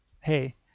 hey